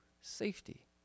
safety